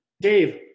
Dave